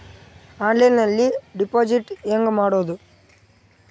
ಆನ್ಲೈನ್ನಲ್ಲಿ ಡೆಪಾಜಿಟ್ ಹೆಂಗ್ ಮಾಡುದು?